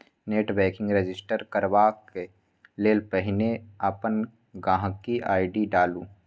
net banking register करबाक लेल पहिने अपन गांहिकी आइ.डी डालु